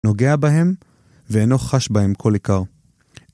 נוגע בהם ואינו חש בהם כל עיקר.